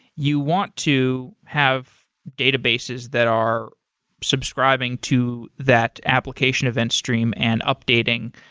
you want to have databases that are subscribing to that application event stream and updating.